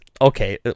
Okay